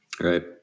Right